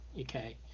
Okay